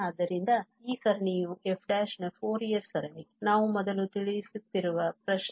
ಆದ್ದರಿಂದ ಈ ಸರಣಿಯು f ನ ಫೋರಿಯರ್ ಸರಣಿ ನಾವು ಮೊದಲು ತಿಳಿಸುತ್ತಿರುವ ಪ್ರಶ್ನೆ